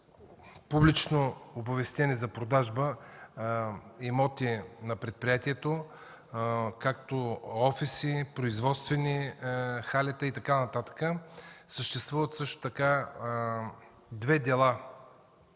публично оповестени за продажба имоти на предприятието, както офиси, производствени халета и така нататък. Съществуват също така две дела,